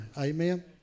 Amen